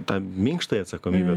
tą minkštąją atsakomybę